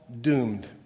doomed